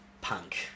punk